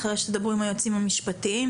אחרי שתדברו עם היועצים המשפטיים,